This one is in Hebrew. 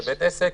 לבית עסק,